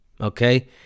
Okay